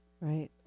Right